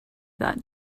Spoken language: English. that